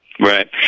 Right